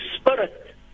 spirit